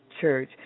church